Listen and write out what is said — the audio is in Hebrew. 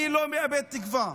אני לא מאבד תקווה.